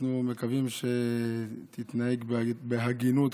אנחנו מקווים שתתנהג בהגינות,